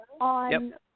on